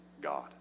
God